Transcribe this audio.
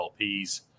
LPs